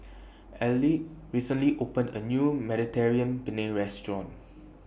Elige recently opened A New Mediterranean Penne Restaurant